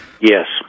Yes